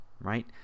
right